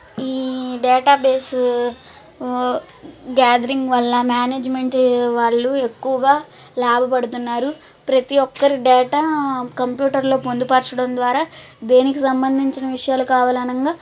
ఈ database gathering వల్ల management వాళ్ళు ఎక్కువగా లాభపడుతున్నారు ప్రతి ఒక్కరు డేటా కంప్యూటర్లో పొందుపరచడం ద్వారా దేనికి సంబంధించిన విషయాలు కావాలన్నా